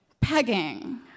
pegging